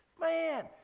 Man